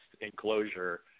enclosure